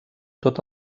tot